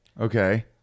Okay